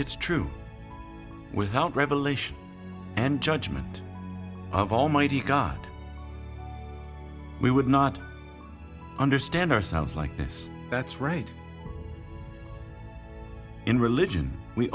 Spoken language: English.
it's true without revelation and judgement of almighty god we would not understand ourselves like this that's right in religion we